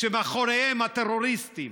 כשמאחוריהם טרוריסטים